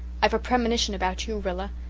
i've a premonition about you, rilla,